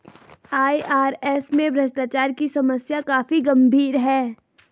IRS में भ्रष्टाचार की समस्या काफी गंभीर है